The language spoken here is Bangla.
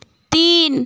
তিন